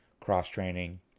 cross-training